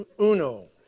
Uno